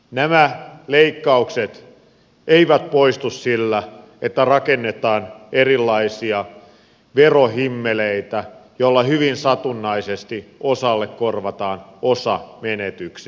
nämä leikkaukset eivät poistu sillä että rakennetaan erilaisia verohimmeleitä joilla hyvin satunnaisesti osalle korvataan osa menetyksistä